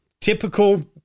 typical